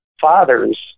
Fathers